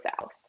south